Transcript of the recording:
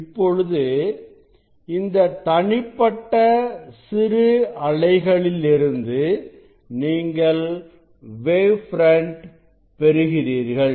இப்பொழுது இந்த தனிப்பட்ட சிறுஅலைகளிலிருந்து நீங்கள் வேவ் ஃபிரண்ட் பெறுகிறீர்கள்